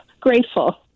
grateful